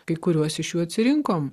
kai kuriuos iš jų atsirinkom